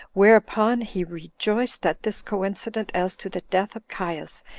whereupon he rejoiced at this coincidence as to the death of caius,